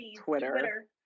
Twitter